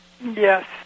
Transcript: Yes